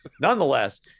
nonetheless